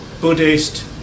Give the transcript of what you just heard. Buddhist